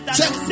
Check